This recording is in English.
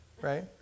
right